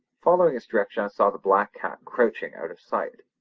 following its direction i saw the black cat crouching out of sight.